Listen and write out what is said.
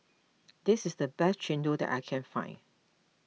this is the best Chendol that I can find